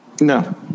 No